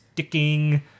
Sticking